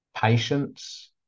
patience